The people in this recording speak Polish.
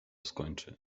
skończy